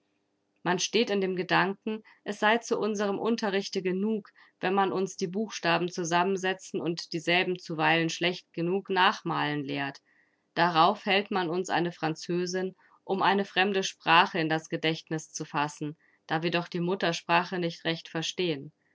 man steht in dem gedanken es sei zu unserem unterrichte genug wenn man uns die buchstaben zusammensetzen und dieselben zuweilen schlecht genug nachmalen lehrt darauf hält man uns eine französin um eine fremde sprache in das gedächtniß zu fassen da wir doch die muttersprache nicht recht verstehen